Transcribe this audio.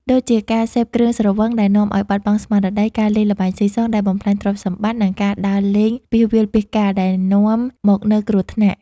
ដូចជាការសេពគ្រឿងស្រវឹងដែលនាំឱ្យបាត់បង់ស្មារតី ការលេងល្បែងស៊ីសងដែលបំផ្លាញទ្រព្យសម្បត្តិ និងការដើរលេងពាសវាលពាសកាលដែលនាំមកនូវគ្រោះថ្នាក់។